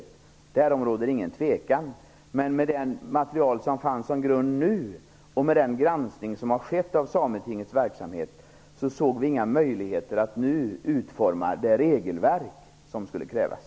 Därom råder ingen tvekan. Med det material som finns som grund och med den granskning som har skett av sametingets verksamhet, såg vi inga möjligheter att nu utforma det regelverk som skulle krävas.